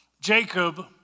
Jacob